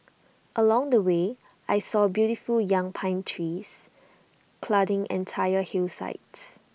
along the way I saw beautiful young pine trees cladding entire hillsides